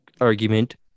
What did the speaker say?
argument